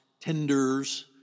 tenders